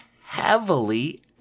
heavily